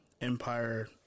empire